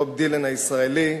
בוב דילן הישראלי,